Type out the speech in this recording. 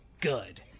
good